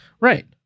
Right